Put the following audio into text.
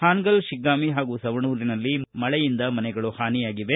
ಹಾನಗಲ್ ಶಿಗ್ಗಾಂವಿ ಹಾಗೂ ಸವಣೂರಿನಲ್ಲಿ ಮಳೆಯಿಂದ ಮನೆಗಳು ಹಾನಿಯಾಗಿವೆ